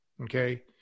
okay